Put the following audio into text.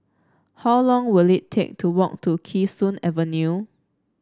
how long will it take to walk to Kee Sun Avenue